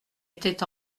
était